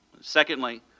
Secondly